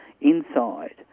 inside